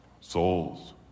souls